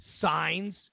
signs